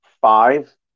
five